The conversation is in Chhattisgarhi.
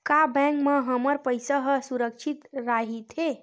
का बैंक म हमर पईसा ह सुरक्षित राइथे?